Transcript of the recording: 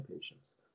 patients